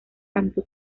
santo